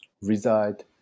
reside